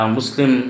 Muslim